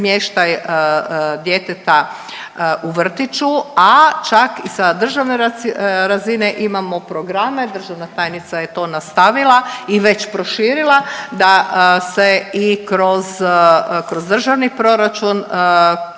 smještaj djeteta u vrtiću, a čak i sa državne razine imamo programe, državna tajnica je to nastavila i već proširila da se i kroz državni proračun pomaže